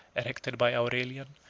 erected by aurelian,